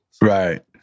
Right